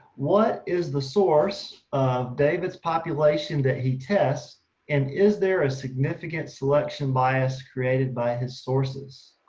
what is the source of david's population that he tests and is there a significant selection bias created by his sources?